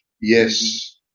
Yes